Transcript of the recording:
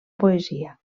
poesia